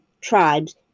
tribes